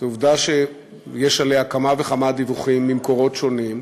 זאת עובדה שיש עליה כמה וכמה דיווחים ממקורות שונים.